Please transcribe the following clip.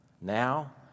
now